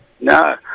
No